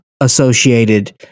associated